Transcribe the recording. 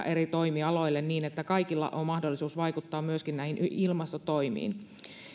eri toimialoille niin että kaikilla on mahdollisuus vaikuttaa myöskin näihin ilmastotoimiin